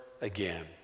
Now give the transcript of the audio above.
again